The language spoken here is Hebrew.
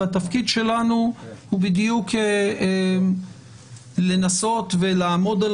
והתפקיד שלנו הוא בדיוק לנסות ולעמוד על